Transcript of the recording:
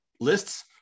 lists